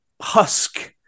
husk